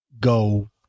go